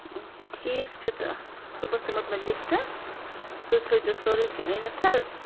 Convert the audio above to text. ٹھیٖک چھُ تہٕ صُبحس دِمہٕ بہٕ لِسٹہٕ تُہۍ تھٲیِزیٚو سورُے کیٚنٛہہ أنِتھ حظ